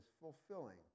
fulfilling